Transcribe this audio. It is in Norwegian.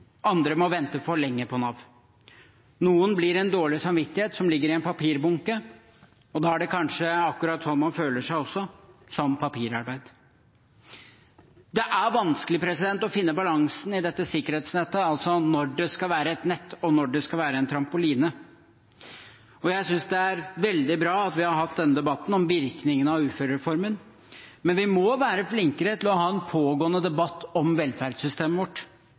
andre må vente for lenge på Nav. Noen blir en dårlig samvittighet som ligger i en papirbunke, og da er det kanskje akkurat sånn man føler seg også – som papirarbeid. Det er vanskelig å finne balansen i dette sikkerhetsnettet, altså når det skal være et nett, og når det skal være en trampoline. Jeg synes det er veldig bra at vi har hatt denne debatten om virkningene av uførereformen, men vi må være flinkere til å ha en pågående debatt om velferdssystemet vårt